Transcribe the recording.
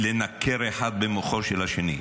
ולנקר אחד במוחו של השני.